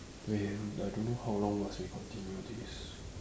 then I don't know how long must we continue this